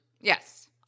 Yes